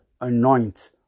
anoint